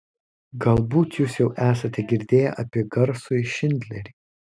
galbūt jūs jau esate girdėję apie garsųjį šindlerį